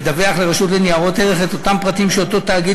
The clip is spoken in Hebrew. לדווח לרשות לניירות ערך את אותם פרטים שאותו תאגיד